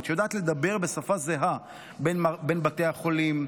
שיודעת לדבר בשפה זהה בין בתי החולים,